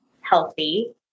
healthy